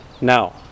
now